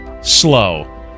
slow